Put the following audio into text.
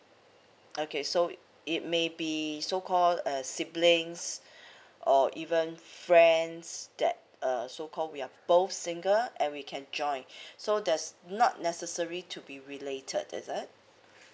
okay so it it may be so call uh siblings or even friends that uh so call we are both single (and we can joint so there's not necessary to be related is that